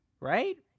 right